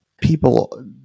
people